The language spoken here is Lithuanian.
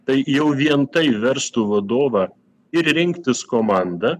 tai jau vien tai verstų vadovą ir rinktis komandą